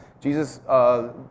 Jesus